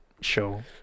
show